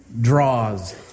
draws